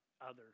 others